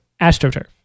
AstroTurf